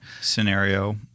scenario